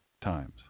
times